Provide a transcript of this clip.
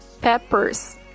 Peppers